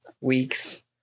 weeks